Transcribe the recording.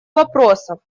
вопросов